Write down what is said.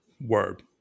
Word